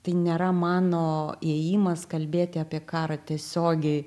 tai nėra mano įėjimas kalbėti apie karą tiesiogiai